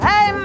Hey